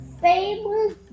famous